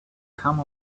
come